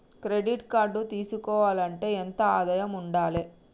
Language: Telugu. క్రెడిట్ కార్డు తీసుకోవాలంటే ఎంత ఆదాయం ఉండాలే?